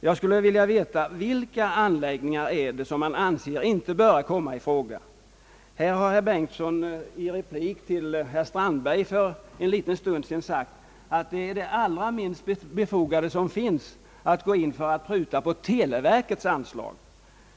Jag skulle vilja veta vilka anläggningar det är som man inte anser böra komma i fråga. Herr Bengtson har här i en replik till herr Strandberg för en liten stund sedan anfört att det är det allra minst befogade som finns att gå in för att pruta på televerkets anslag.